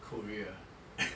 korea